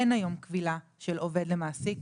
אין היום כבילה של עובד למעסיק,